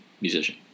musician